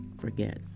forget